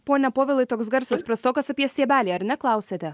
pone povilai toks garsas prastokas apie stiebelį ar ne klausėte